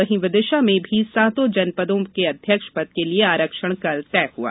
वहीं विदिशा में भी सातों जनपदों के अध्यक्ष पद के लिए आरक्षण कल तय हुआ